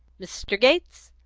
mr. gates,